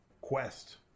quest